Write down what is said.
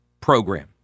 program